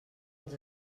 els